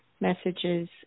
messages